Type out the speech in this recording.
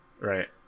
right